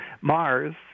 Mars